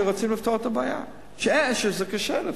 שנינו רוצים לפתור את הבעיה שקשה לפתור.